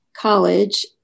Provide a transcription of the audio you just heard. college